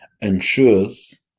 ensures